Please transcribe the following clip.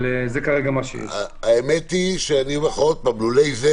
אז ודאי שלא ראוי סתם להכניס אותו.